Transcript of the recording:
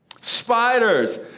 Spiders